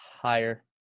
Higher